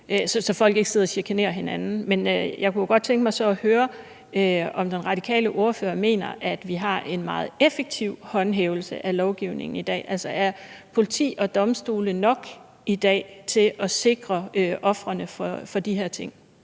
at folk ikke sidder og chikanerer hinanden. Men jeg kunne godt tænke mig så at høre, om den radikale ordfører mener, at vi har en meget effektiv håndhævelse af lovgivningen i dag. Altså, er politi og domstole i dag nok til at sikre ofrene for de her ting?